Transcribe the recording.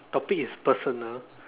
topic is personal